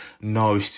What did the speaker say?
no